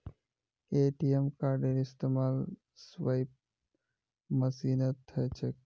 ATM कार्डेर इस्तमाल swipe मशीनत ह छेक